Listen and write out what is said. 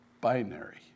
binary